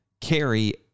Carry